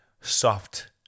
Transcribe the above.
soft